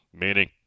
meaning